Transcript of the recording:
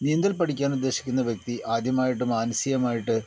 നീന്തൽ പഠിക്കാൻ ഉദ്ദേശിക്കുന്ന വ്യക്തി ആദ്യമായിട്ട് മാനസികമായിട്ട്